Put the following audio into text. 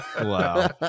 Wow